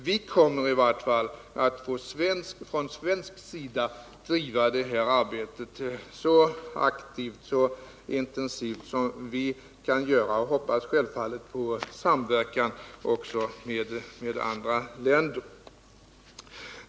Vi kommer i vart fall att från svensk sida driva det här arbetet så aktivt och intensivt som vi kan göra, och vi hoppas självfallet på samverkan också med andra länder.